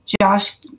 Josh